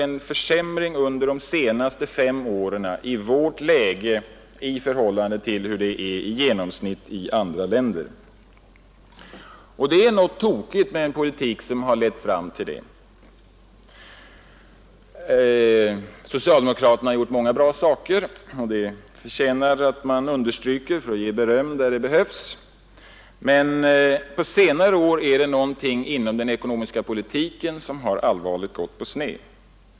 Det har alltså under de senaste fem åren skett en försämring i vårt läge i förhållande till genomsnittet i andra länder, Det är något tokigt med en politik som lett fram till detta ogynnsamma läge. Socialdemokraterna har gjort många bra saker; det förtjänar understrykas för att ge beröm där det behövs. Men på senare år är det någonting inom den ekonomiska politiken som har gått allvarligt på sned.